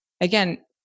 again